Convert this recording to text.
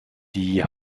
die